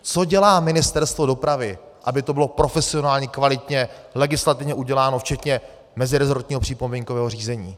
Co dělá Ministerstvo dopravy, aby to bylo profesionálně, kvalitně legislativně uděláno včetně mezirezortního připomínkového řízení.